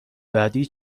بعدی